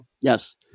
Yes